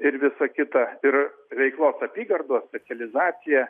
ir visa kita ir veiklos apygardos specializacija